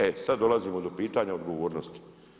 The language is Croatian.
E sada dolazimo do pitanja odgovornosti.